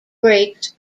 breaks